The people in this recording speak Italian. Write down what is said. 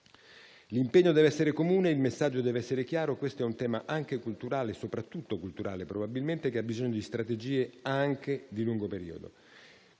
L'impegno deve essere comune e il messaggio deve essere chiaro. Questo è un tema soprattutto culturale, che ha bisogno di strategie anche di lungo periodo,